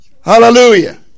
Hallelujah